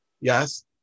Yes